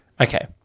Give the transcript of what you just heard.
Okay